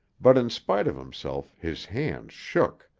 but in spite of himself his hands shook.